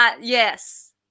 yes